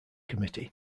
committee